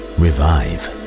revive